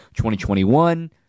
2021